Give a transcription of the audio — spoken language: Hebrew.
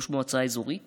ראש מועצה אזורית